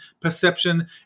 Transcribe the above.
perception